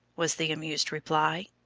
was the amused reply.